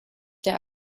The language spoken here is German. der